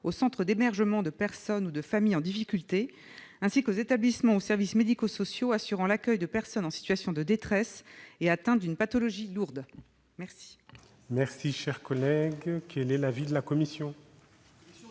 aux centres d'hébergement de personnes ou de familles en difficulté, ainsi qu'aux établissements ou services médico-sociaux assurant l'accueil de personnes en situation de détresse et atteintes d'une pathologie lourde. Quel est l'avis de la commission ?